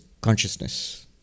consciousness